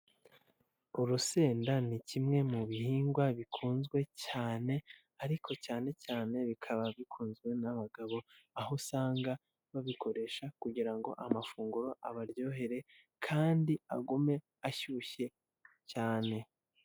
Urusenda ni kimwe mu bihingwa bikunzwe cyane, ariko cyane cyane bikaba bikunzwe n'abagabo, aho usanga babikoresha kugira ngo amafunguro abaryohere kandi agume ashyushye cyane.